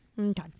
Okay